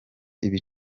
ibiro